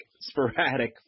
sporadic